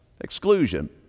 exclusion